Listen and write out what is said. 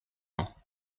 ans